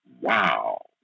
wow